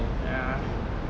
ya